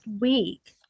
week